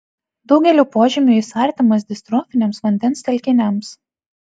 daugeliu požymių jis artimas distrofiniams vandens telkiniams